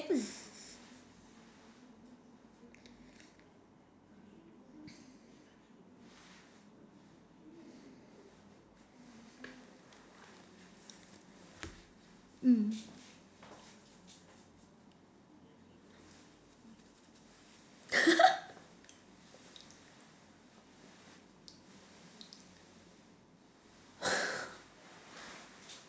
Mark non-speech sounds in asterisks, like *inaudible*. mm *laughs* *laughs*